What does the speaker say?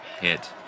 hit